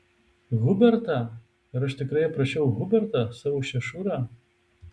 hubertą ar aš tikrai aprašiau hubertą savo šešurą